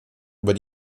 über